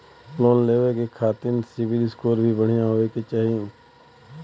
Loan लेवे के खातिन सिविल स्कोर भी बढ़िया होवें के चाही?